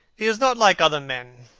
is not like other men.